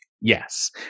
Yes